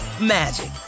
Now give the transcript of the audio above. magic